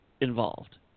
involved